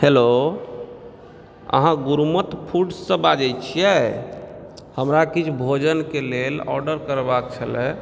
hello अहाँ Gurumath food सॅं बाजै छियै हमरा किछु भोजन के लेल ऑर्डर करबाक छेलै